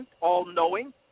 all-knowing